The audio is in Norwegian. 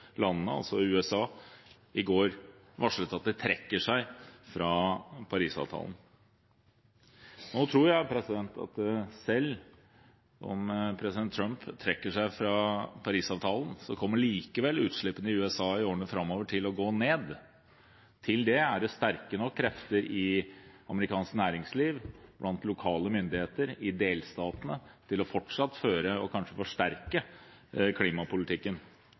landene, USA, i går varslet at de trekker seg fra Paris-avtalen. Nå tror jeg at selv om president Trump trekker seg fra Paris-avtalen, kommer utslippene i USA i årene framover likevel til å gå ned. Til det er det sterke nok krefter i amerikansk næringsliv, blant lokale myndigheter og i delstatene til fortsatt å føre – og kanskje forsterke – klimapolitikken.